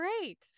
Great